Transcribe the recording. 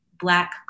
black